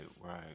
right